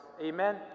Amen